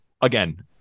Again